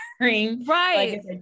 right